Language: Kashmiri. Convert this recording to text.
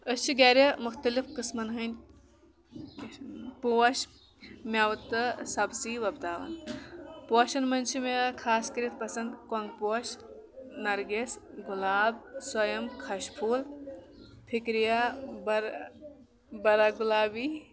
أسۍ چھِ گرِ مختعلِف قسمَن ۂنٛدۍ پوش میوٕ تہٕ سَبزی وۄپداوان پوشن منٛز چھ مےٚ خاص کٔرِتھ پسنٛد کۄنٛگ پوش نرگِس گُلاب سویم کھش پھوٚل فِکرِیا برا گُلابی